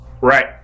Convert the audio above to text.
Right